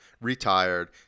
retired